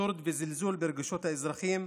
אבסורד וזלזול ברגשות האזרחים.